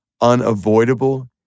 unavoidable